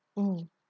mm